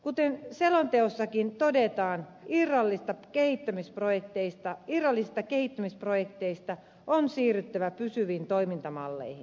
kuten selonteossakin todetaan irrallisista kehittämisprojekteista on siirryttävä pysyviin toimintamalleihin